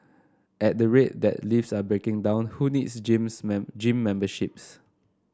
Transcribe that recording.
at the rate that lifts are breaking down who needs gyms men gym memberships